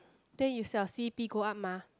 then it's your C_P go up mah